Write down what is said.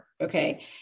Okay